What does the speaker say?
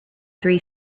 three